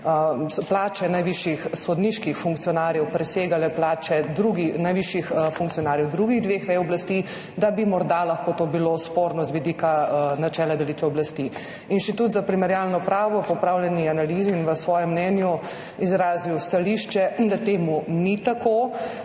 plače najvišjih sodniških funkcionarjev presegale plače najvišjih funkcionarjev drugih dveh vej oblasti, to morda lahko bilo sporno z vidika načela delitve oblasti. Inštitut za primerjalno pravo je po opravljeni analizi in v svojem mnenju izrazil stališče, da to ni tako.